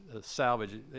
Salvage